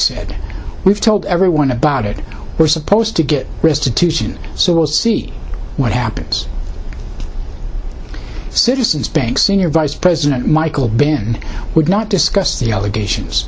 said we've told everyone about it we're supposed to get restitution so we'll see what happens if citizens bank senior vice president michael been would not discuss the allegations